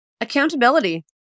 Accountability